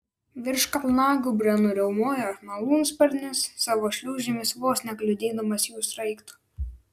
virš kalnagūbrio nuriaumojo malūnsparnis savo šliūžėmis vos nekliudydamas jų sraigto